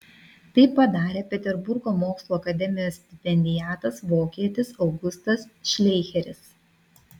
tai padarė peterburgo mokslų akademijos stipendiatas vokietis augustas šleicheris